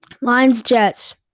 Lions-Jets